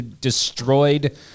destroyed